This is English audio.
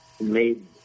made